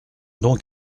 donc